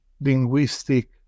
linguistic